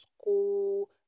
school